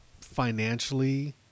financially